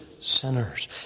sinners